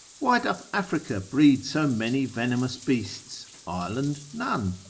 why doth africa breed so many venomous beasts, ireland none?